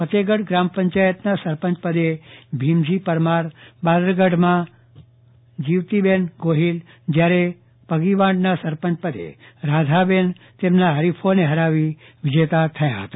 ફતેહગઢ ગ્રામ પંચાયતના સરપંચપદે ભીમજી પરમાર બાદરગઢમાં જીવતીબેન ગોહીલ જ્યારે પગીવાંઢના સરપંચપદે રાધાબેન તમાચી હરીફોને હરાવી વિજેતા થયા હતા